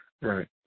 Right